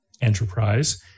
enterprise